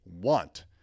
want